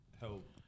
Help